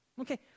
Okay